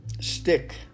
Stick